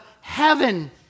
heaven